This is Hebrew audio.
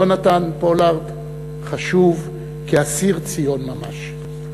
יהונתן פולארד חשוב כאסיר ציון ממש.